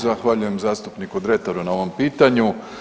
Zahvaljujem zastupniku Dretaru na ovom pitanju.